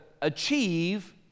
achieve